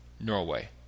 Norway